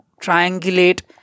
triangulate